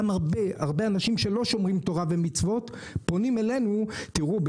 גם הרבה אנשים שלא שומרים תורה ומצוות פונים אלינו 'תראו,